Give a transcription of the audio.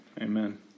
amen